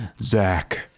Zach